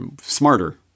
smarter